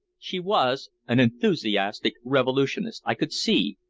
she was an enthusiastic revolutionist, i could see,